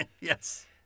Yes